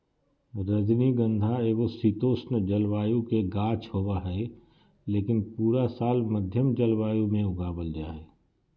रजनीगंधा एगो शीतोष्ण जलवायु के गाछ होबा हय, लेकिन पूरा साल मध्यम जलवायु मे उगावल जा हय